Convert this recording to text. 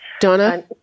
Donna